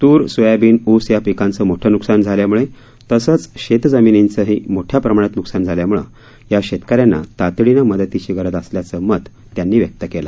तूर सोयाबीन ऊस या पिकांचं मोठं नुकसान झाल्यामुळे तसंच शेतजमिनींचंही मोठ्या प्रमाणात न्कसान झाल्यामुळे या शेतकऱ्यांना तातडीनं मदतीची गरज असल्याचं मत त्यांनी व्यक्त केलं